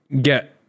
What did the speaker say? get